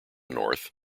north